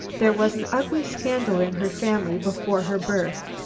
there was an ugly scandal in her family before her birth.